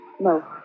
No